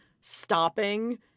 stopping